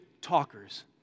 talkers